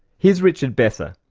here's richard besser,